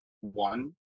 one